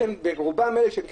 לגבי הרוב, שהם כן